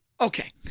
Okay